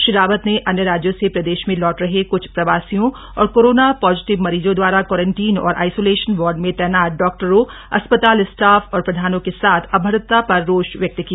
श्री रावत ने अन्य राज्यों से प्रदेश में लौट रहे कुछ प्रवासियों और कोरोना पाजीटिव मरीजों द्वारा क्वारंटीन और आइसोलेशन वार्ड में तैनात डॉक्टरों अस्पताल स्टाफ और प्रधानों के साथ अभद्रता पर रोष व्यक्त किया